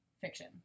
fiction